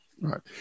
Right